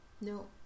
no